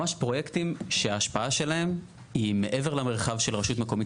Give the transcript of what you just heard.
ממש פרויקטים שההשפעה שלהם היא מעבר למרחב של רשות מקומית